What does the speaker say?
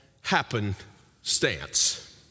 Happenstance